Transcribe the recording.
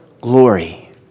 glory